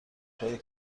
اپرای